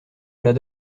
plats